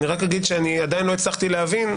שעדיין לא הצלחתי להבין,